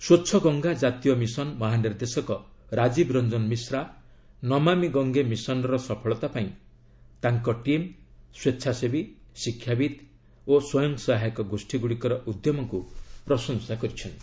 ସ୍ୱଚ୍ଛ ଗଙ୍ଗା ଜାତୀୟ ମିଶନ ମହାନିର୍ଦ୍ଦେଶକ ରାଜୀବ ରଞ୍ଜନ ମିଶ୍ରା 'ନମାମି ଗଙ୍ଗେ' ମିଶନର ସଫଳତା ପାଇଁ ତାଙ୍କ ଟିମ୍ ସ୍ୱେଚ୍ଛାସେବୀ ଶିକ୍ଷାବିତ୍ ଓ ସ୍ୱୟଂ ସହାୟକ ଗୋଷ୍ଠୀଗ୍ରଡ଼ିକର ଉଦ୍ୟମକ୍ତ ପ୍ରଶଂସା କରିଛନ୍ତି